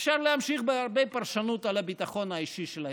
אפשר להמשיך בהרבה פרשנות: על הביטחון האישי של האזרחים,